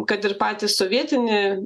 kad ir patį sovietinį